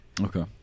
Okay